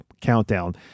Countdown